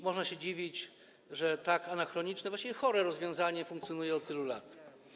Można się dziwić, że tak anachroniczne i właściwie chore rozwiązanie funkcjonuje od tylu lat.